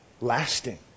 lasting